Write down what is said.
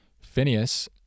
Phineas